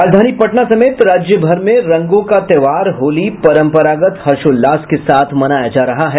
राजधानी पटना समेत राज्य भर में रंगों का त्योहार होली परम्परागत हर्षोल्लास के साथ मनाया जा रहा है